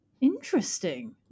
interesting